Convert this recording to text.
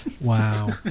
Wow